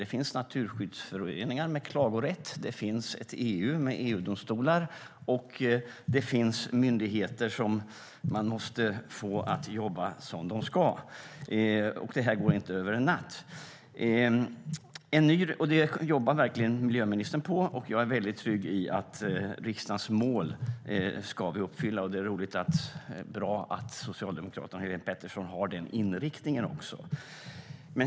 Det finns naturskyddsföreningar med klagorätt, det finns ett EU med domstolar, och det finns myndigheter som man måste få att jobba som de ska. Detta går inte över en natt. Detta jobbar miljöministern med, och jag är väldigt trygg i att riksdagens mål ska bli uppfyllda. Det är bra att Socialdemokraterna och Helén Pettersson har den inriktningen också.